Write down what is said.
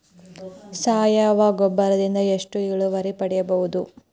ಸಾವಯವ ಗೊಬ್ಬರದಿಂದ ಎಷ್ಟ ಇಳುವರಿ ಪಡಿಬಹುದ?